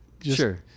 sure